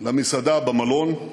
למסעדה במלון.